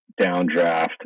downdraft